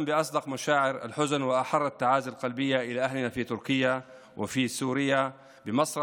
(אומר דברים בשפה הערבית,